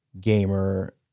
gamer